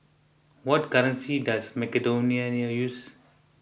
what currency does Macedonia use